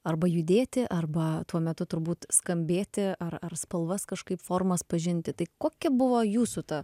arba judėti arba tuo metu turbūt skambėti ar ar spalvas kažkaip formas pažinti tai kokia buvo jūsų ta